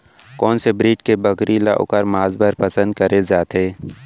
कोन से ब्रीड के बकरी ला ओखर माँस बर पसंद करे जाथे?